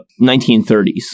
1930s